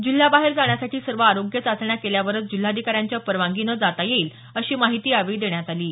जिल्ह्याबाहेर जाण्यासाठी सर्व आरोग्य चाचण्या केल्यावरच जिल्हाधिकाऱ्यांच्या परवानगीनं जाता येईल अशी माहिती यावेळी देण्यात आली आहे